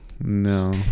no